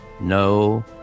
No